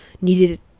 needed